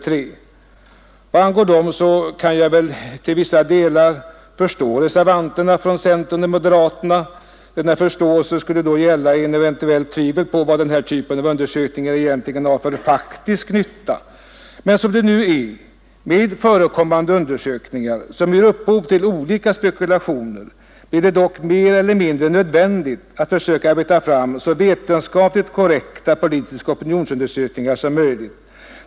Vad angår dem kan jag till vissa delar förstå reservanterna från centern och moderaterna. Denna förståelse skulle då gälla eventuella tvivel på vad denna typ av undersökningar egentligen har för faktisk nytta. Men som det nu är med förekommande undersökningar som ger upphov till olika spekulationer blir det dock mer eller mindre nödvändigt att försöka arbeta fram så vetenskapligt korrekta politiska opinionsundersökningar som möjligt.